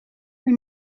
een